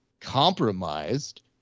compromised